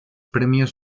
premios